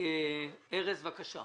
ארז, בקשה.